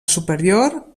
superior